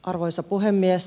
arvoisa puhemies